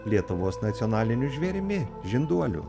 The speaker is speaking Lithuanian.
lietuvos nacionaliniu žvėrimi žinduoliu